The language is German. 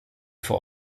vor